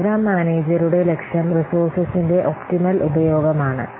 programme മാനേജരുടെ ലക്ഷ്യം റിസോഴ്സസിന്റെ ഒപ്റ്റിമൽ ഉപയോഗമാണ്